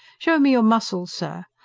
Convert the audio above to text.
show me your muscles, sir,